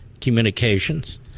communications